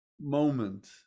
moment